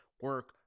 Work